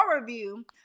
review